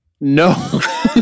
No